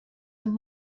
amb